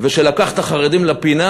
ושלקח את החרדים לפינה,